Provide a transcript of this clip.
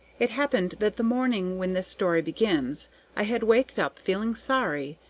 it happened that the morning when this story begins i had waked up feeling sorry,